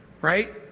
right